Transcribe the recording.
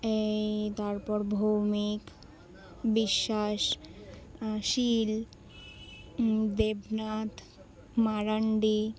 এই তারপর ভৌমিক বিশ্বাস শীল দেবনাথ মারণ্ডি